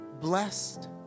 blessed